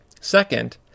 Second